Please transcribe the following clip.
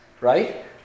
right